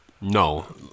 No